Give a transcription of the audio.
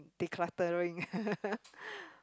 decluttering